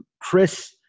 Chris